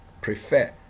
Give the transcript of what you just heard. prefer